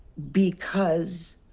because.